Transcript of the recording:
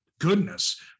goodness